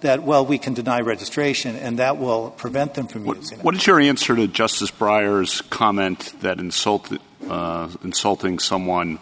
that well we can deny registration and that will prevent them from what what is your inserted justice briar's comment that insult insulting someone